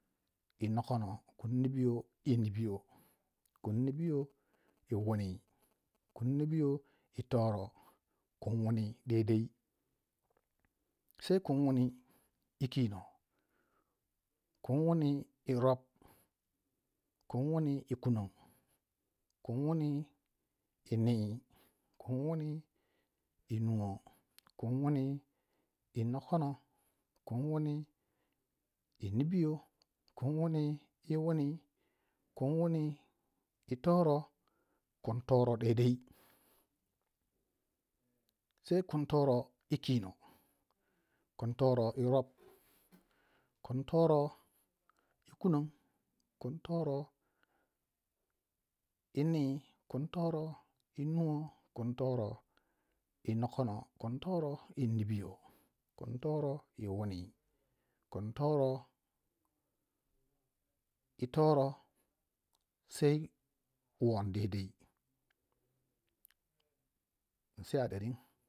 Kunnibiyo yi nokono, kunnibiyo yi nibiyo, kunnibiyo yi wuni, kunnibiyo yi toro, kun wuni daidai sai kun wuni yi kino kunwuni yi rop kunwuni yi kunong kunwuni yi nii kunwuni yi nuwo kunwuni yi nibiyo kunwuni yi wuni kunwuni yi toro kuntoro daidai sei kuntoro yi kino kuntoro yi rop kuntoro yi kunong kuntoro yi nii kuntoro yi nuwo kuntoro yi nokono kuntoro yi nibiyo kuntoro yi wuni kuntoro yi toro won